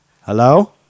Hello